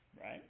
Right